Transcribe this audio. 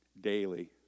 daily